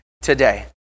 today